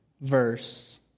verse